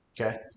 Okay